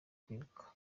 kwibuka